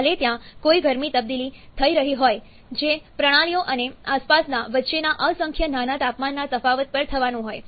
ભલે ત્યાં કોઈ ગરમી તબદીલી થઈ રહી હોય જે પ્રણાલીઓ અને આસપાસના વચ્ચેના અસંખ્ય નાના તાપમાનના તફાવત પર થવાનું હોય